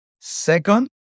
Second